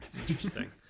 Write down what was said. Interesting